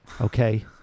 Okay